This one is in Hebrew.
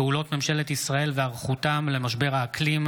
פעולות ממשלת ישראל והיערכותה למשבר האקלים,